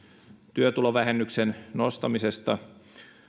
työtulovähennyksen nostamisesta